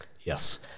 Yes